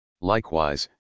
Likewise